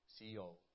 CEO